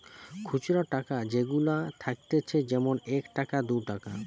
খুচরা টাকা যেগুলা থাকতিছে যেমন এক টাকা, দু টাকা